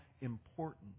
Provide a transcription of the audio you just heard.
important